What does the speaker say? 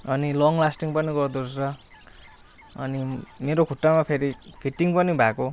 अनि long lasting पनि गर्दो रहेछ अनि मेरो खुट्टामा फेरि फिटिङ पनि भएको